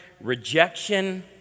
rejection